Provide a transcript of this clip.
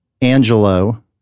Angelo